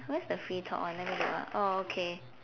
what's the free talk one let me look ah oh okay